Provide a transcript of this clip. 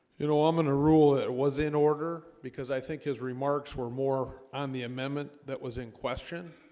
you know i'm gonna rule it was in order because i think his remarks were more on the amendment that was in question